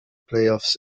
playoffs